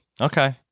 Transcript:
Okay